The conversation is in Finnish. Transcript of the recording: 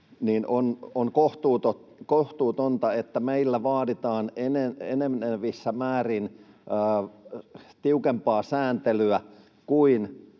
On kohtuutonta, että meillä vaaditaan enenevissä määrin tiukempaa sääntelyä kuin